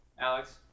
Alex